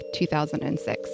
2006